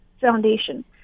Foundation